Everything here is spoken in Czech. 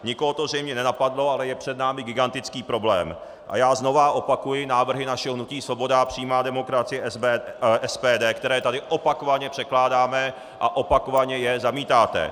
Nikoho to zřejmě nenapadlo, ale je před námi gigantický problém, a já znovu opakuji návrhy našeho hnutí Svoboda a přímá demokracie SPD, které tady opakovaně předkládáme a opakovaně je zamítáte.